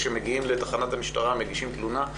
כשמגיעים לתחנת המשטרה ומגישים תלונה.